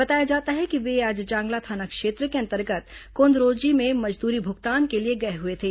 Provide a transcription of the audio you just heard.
बताया जाता है कि वे आज जांगला थाना क्षेत्र के अंतर्गत कोंदरोंजी में मजदूरी भुगतान के लिए गए हुए थे